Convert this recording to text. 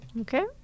Okay